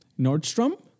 Nordstrom